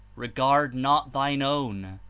regard not thine ozvn,